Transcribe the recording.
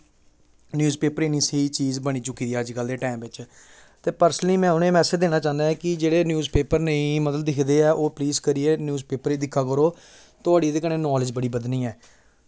news paper इ'न्नी स्हेई चीज बनी चुकी दी ऐ अज्ज कल दे टैम बिच ते पर्सनली में उ'नें ई मैसेज देना चाह्न्नां ऐ कि न्यूज़ पेपर जेह्ड़े मतलब कि नेईं दिखदे ऐ मतलब कि ओह् प्लीज करियै न्यूज़ पेपर गी दिक्खा करो थुआढ़ी ते कन्नै नॉलेज बड़ी बधनी ऐ